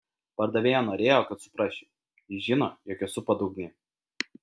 pardavėja norėjo kad suprasčiau ji žino jog esu padugnė